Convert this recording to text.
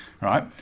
Right